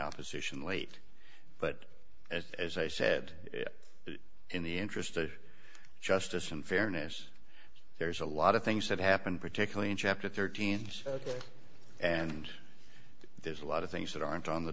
opposition late but as i said in the interest of justice and fairness there's a lot of things that happen particularly in chapter thirteen and there's a lot of things that aren't on the